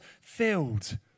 filled